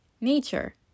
nature